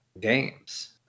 games